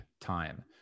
time